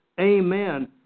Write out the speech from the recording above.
amen